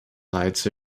来自